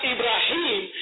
Ibrahim